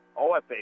OFA